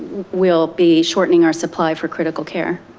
we'll be shortening our supply for critical care.